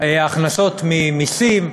ההכנסות ממסים,